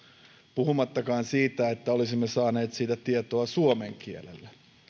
puhumattakaan siitä että olisimme saaneet siitä tietoa suomen kielellä